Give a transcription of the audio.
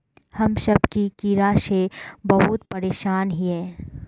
हम सब की कीड़ा से बहुत परेशान हिये?